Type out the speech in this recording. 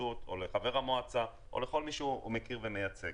הרשות או לחבר המועצה או לכל מי שהוא מכיר ומייצג.